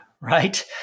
right